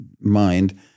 mind